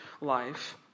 life